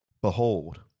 Behold